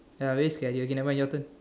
ya waste carry okay never mind your turn